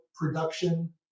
production